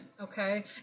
okay